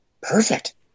perfect